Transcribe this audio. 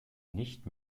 nicht